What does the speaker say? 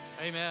Amen